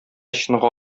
чынга